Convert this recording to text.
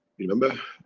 remember,